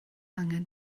angen